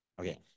Okay